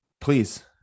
Please